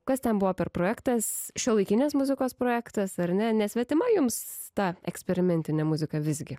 kas ten buvo per projektas šiuolaikinės muzikos projektas ar ne nesvetima jums ta eksperimentinė muzika visgi